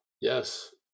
Yes